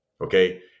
okay